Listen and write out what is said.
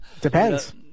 Depends